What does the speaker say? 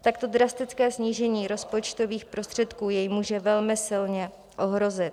Takto drastické snížení rozpočtových prostředků jej může velmi silně ohrozit.